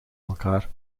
elkaar